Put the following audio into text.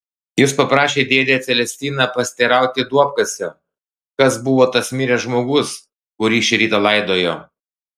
jis paprašė dėdę celestiną pasiteirauti duobkasio kas buvo tas miręs žmogus kurį šį rytą laidojo